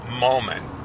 moment